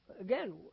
Again